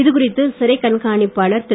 இது குறித்து சிறைக்கண்காணிப்பாளர் திரு